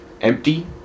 empty